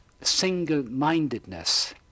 single-mindedness